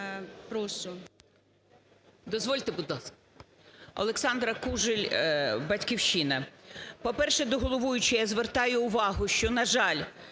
О.В. Дозвольте, будь ласка. Олександра Кужель, "Батьківщина". По-перше, до головуючої. Я звертаю увагу, що вчора